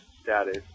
status